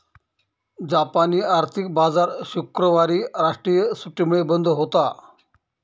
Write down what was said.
जापानी आर्थिक बाजार शुक्रवारी राष्ट्रीय सुट्टीमुळे बंद होता